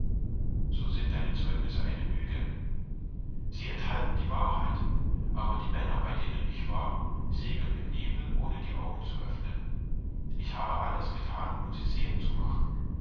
so sind deine zeugnisse eine lüge sie enthalten die wahrheit aber die männer bei denen ich war segeln im nebel ohne die augen zu öffnen ich habe alles gethan um sie sehend zu machen